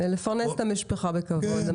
לפרנס את המשפחה בכבוד.